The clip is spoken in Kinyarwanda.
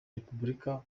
repubulika